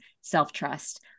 self-trust